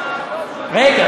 רגע,